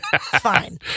Fine